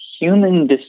human